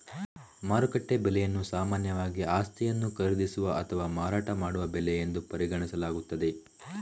ಮಾರುಕಟ್ಟೆ ಬೆಲೆಯನ್ನು ಸಾಮಾನ್ಯವಾಗಿ ಆಸ್ತಿಯನ್ನು ಖರೀದಿಸುವ ಅಥವಾ ಮಾರಾಟ ಮಾಡುವ ಬೆಲೆ ಎಂದು ಪರಿಗಣಿಸಲಾಗುತ್ತದೆ